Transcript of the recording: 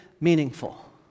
meaningful